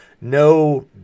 no